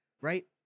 Right